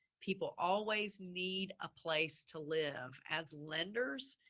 people always need a place to live as lenders,